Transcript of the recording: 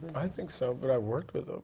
i think so but i worked with them.